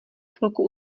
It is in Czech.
chvilku